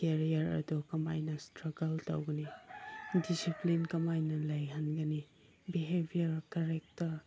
career ꯑꯗꯨ ꯀꯃꯥꯏꯅ ꯏꯁꯇ꯭ꯔꯛꯒꯜ ꯇꯧꯒꯅꯤ ꯗꯤꯁꯤꯄ꯭ꯂꯤꯟ ꯀꯃꯥꯏꯅ ꯂꯩꯍꯟꯒꯅꯤ ꯕꯦꯍꯦꯕꯤꯌꯔ ꯀꯔꯦꯛꯇꯔ